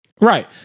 Right